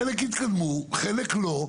חלק התקדמו, חלק לא.